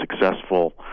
successful